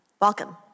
welcome